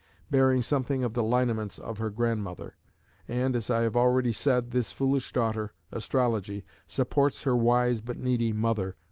bearing something of the lineaments of her grandmother and, as i have already said, this foolish daughter, astrology, supports her wise but needy mother,